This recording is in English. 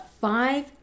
five